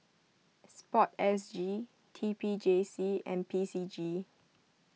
Sport S G T P J C and P C G